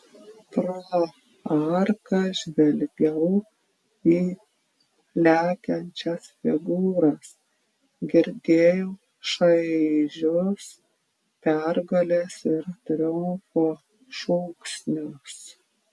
pro arką žvelgiau į lekiančias figūras girdėjau šaižius pergalės ir triumfo šūksnius